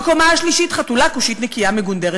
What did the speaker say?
בקומה השלישית, חתולה כושית, נקייה מגונדרת.